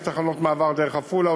יש תחנות מעבר דרך עפולה,